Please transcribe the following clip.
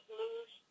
lose